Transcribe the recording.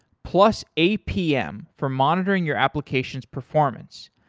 plus, apm for monitoring your application's performance.